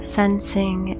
sensing